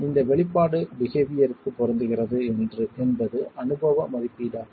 இந்த வெளிப்பாடு பிஹெவியர்க்கு பொருந்துகிறது என்பது அனுபவ மதிப்பீடாகும்